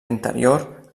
interior